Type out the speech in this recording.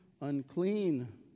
unclean